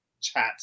chat